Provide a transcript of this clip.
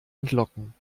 entlocken